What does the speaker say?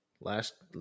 last